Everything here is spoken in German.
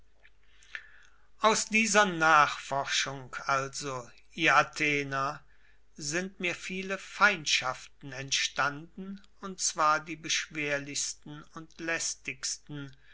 aus dieser nachforschung also ihr athener sind mir viele feindschaften entstanden und zwar die beschwerlichsten und lästigsten